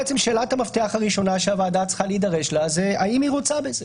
בעצם שאלת המפתח הראשונה שהוועדה צריכה להידרש לה זה האם היא רוצה בזה,